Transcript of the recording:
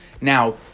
Now